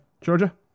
Georgia